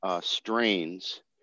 strains